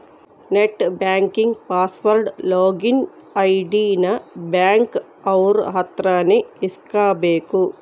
net banking password login ID ನ bank ಅವ್ರ ಅತ್ರ ನೇ ಇಸ್ಕಬೇಕು